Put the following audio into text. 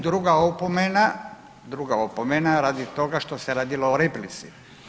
Druga opomena, druga opomena radi toga što se radilo o replici.